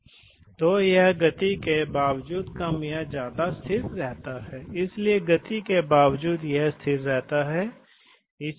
वे आम तौर पर तुलना में छोटे होते हैं आप न्यूमेटिक्स भाग को जानते हैं लेकिन ये ये सभी कारक एक न्यूमेटिक्स प्रणाली की समय प्रतिक्रिया को प्रभावित करेंगे